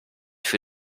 für